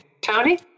Tony